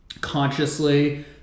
consciously